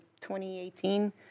2018